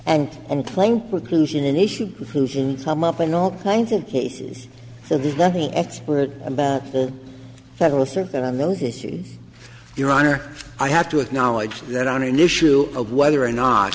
income up in all kinds of cases so there's nothing expert about the federal circuit on those issues your honor i have to acknowledge that on an issue of whether or not